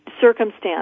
circumstance